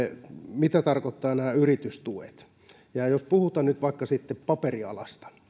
mitä tarkoittavat nämä yritystuet jos puhutaan nyt vaikka paperialasta